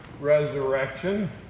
resurrection